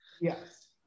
yes